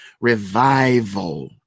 revival